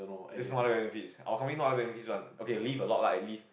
there's no other benefits okay leave a lot lah leave